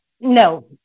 no